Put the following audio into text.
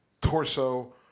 torso